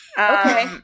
Okay